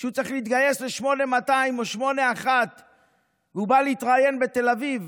כשהוא צריך להתגייס ל-8200 או 81 והוא בא להתראיין בתל אביב,